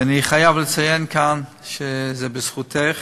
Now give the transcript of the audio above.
ואני חייב לציין כאן שזה בזכותך.